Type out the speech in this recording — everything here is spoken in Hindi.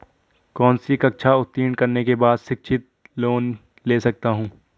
कौनसी कक्षा उत्तीर्ण करने के बाद शिक्षित लोंन ले सकता हूं?